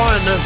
One